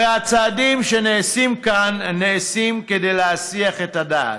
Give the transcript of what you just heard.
הרי הצעדים שנעשים כאן נעשים כדי להסיח את הדעת.